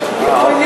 אדוני